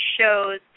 Shows